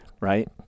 right